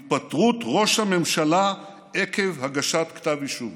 התפטרות ראש הממשלה עקב הגשת כתב אישום,